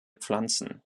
pflanzen